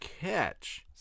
catch